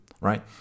right